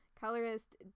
Colorist